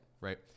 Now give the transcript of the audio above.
Right